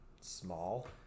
Small